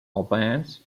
albans